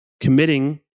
committing